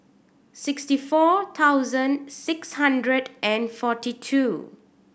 sixty four thousand six hundred and forty two